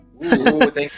Thank